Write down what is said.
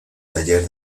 taller